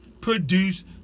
produce